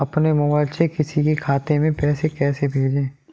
अपने मोबाइल से किसी के खाते में पैसे कैसे भेजें?